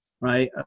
right